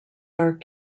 are